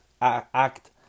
act